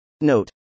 Note